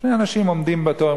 שני אנשים ניגשים למכרז,